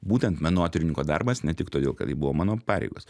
būtent menotyrininko darbas ne tik todėl kad tai buvo mano pareigos